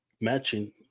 matching